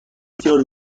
بسیار